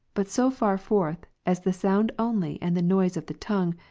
but so far forth, as the sound only and the noise of the tongue,